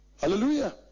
hallelujah